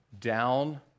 down